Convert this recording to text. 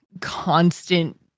constant